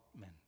men